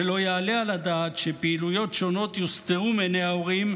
ולא יעלה על הדעת שפעילויות שונות יוסתרו מעיני ההורים,